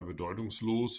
bedeutungslos